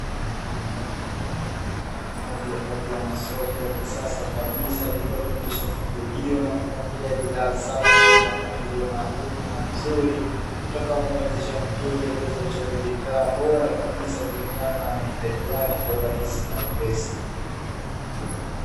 Moja kati ya masoko ya kisasa kabisa, likiwa limekwisha kufunguliwa na kupanga bidhaa zake katika mpangilio maalumu na mzuri, utakao muwezesha mteja kuchagua bidhaa bora kabisa kulingana na mahitaji yake kwa urahisi na wepesi.